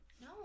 No